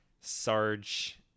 Sarge